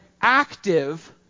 active